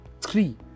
Three